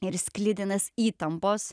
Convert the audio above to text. ir sklidinas įtampos